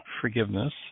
forgiveness